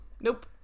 nope